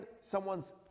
someone's